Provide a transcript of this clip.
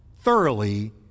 thoroughly